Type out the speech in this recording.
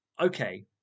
Okay